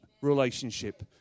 relationship